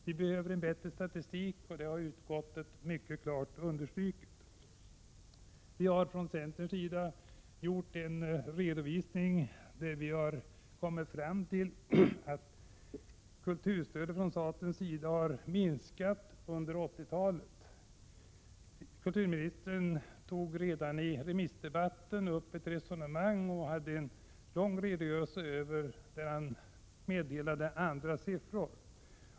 Vi behöver en bättre statistik. Det har också utskottet mycket klart understrukit. Vi har från centerns sida gjort en beräkning, där vi kommit fram till att kulturstödet från statens sida har minskat under 1980-talet. Kulturministern lämnade redan i remissdebatten en lång redogörelse där han gav andra siffror.